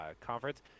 conference